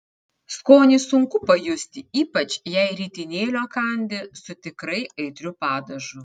skonį sunku pajusti ypač jei ritinėlio kandi su tikrai aitriu padažu